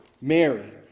Mary